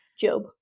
job